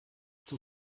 zum